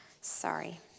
Sorry